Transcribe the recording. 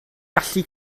gallu